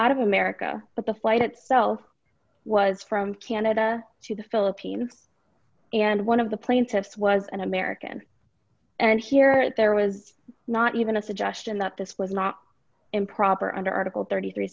out of america but the flight itself was from canada to the philippines and one of the plaintiffs was an american and here there was not even a suggestion that this was not improper under article thirty three